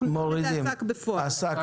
אנחנו נכתוב: עסק בפועל.